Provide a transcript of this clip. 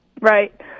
Right